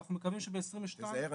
ואנחנו מקווים שב-2022 --- תיזהר,